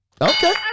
Okay